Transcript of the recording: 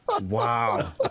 Wow